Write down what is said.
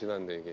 and